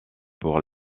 pour